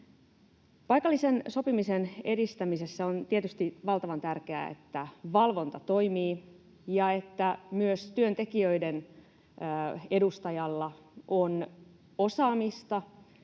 Paikallisen sopimisen edistämisessä on tietysti valtavan tärkeää, että valvonta toimii ja että myös työntekijöiden edustajalla on osaamista